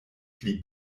pli